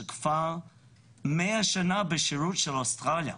וזה כפר 100 שנה בשירות של אוסטרליה.